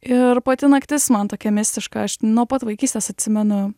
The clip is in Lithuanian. ir pati naktis man tokia mistiška aš nuo pat vaikystės atsimenu